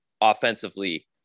offensively